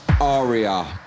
Aria